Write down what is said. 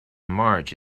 march